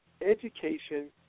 education